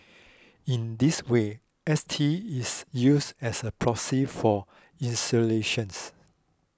in this way S T is used as a proxy for insolations